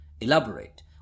elaborate